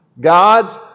God's